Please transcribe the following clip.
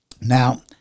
now